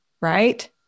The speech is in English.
Right